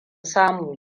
samu